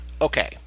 Okay